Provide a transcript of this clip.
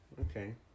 Okay